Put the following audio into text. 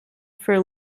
for